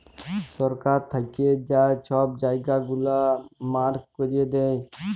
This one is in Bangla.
সরকার থ্যাইকে যা ছব জায়গা গুলা মার্ক ক্যইরে দেয়